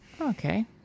Okay